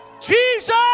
Jesus